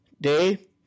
day